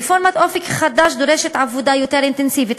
רפורמת "אופק חדש" דורשת עבודה יותר אינטנסיבית.